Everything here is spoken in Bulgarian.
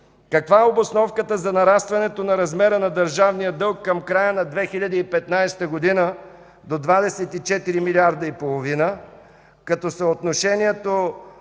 Каква е обосновката за нарастването на размера на държавния дълг към края на 2015 г. до 24,5 млрд. лв., като съотношението